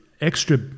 extra